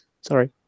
Sorry